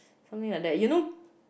something like that you know